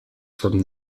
from